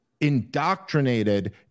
indoctrinated